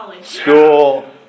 School